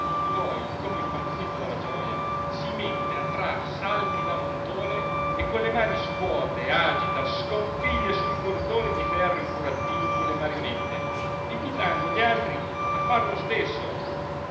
poi come impazzito dalla gioja si mette a trar salti da montone e con le mani scuote agita scompiglia su i cordini di ferro i burattini e le marionette invitando gli altri a far lo stesso